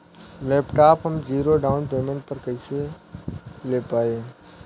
Laptop हम zero down payment पर कैसे ले पाएम?